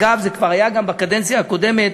אגב, זה היה כבר בקדנציה הקודמת